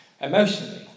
emotionally